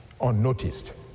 unnoticed